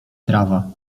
trawa